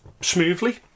smoothly